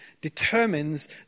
determines